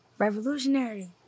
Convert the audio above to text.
revolutionary